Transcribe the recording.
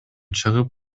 чыгып